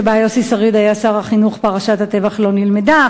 שבה יוסי שריד היה שר החינוך, פרשת הטבח לא נלמדה.